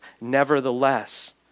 nevertheless